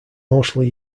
mostly